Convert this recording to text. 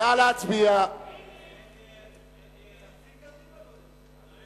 ההצעה להסיר מסדר-היום את הצעת חוק